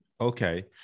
Okay